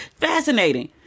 Fascinating